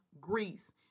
Greece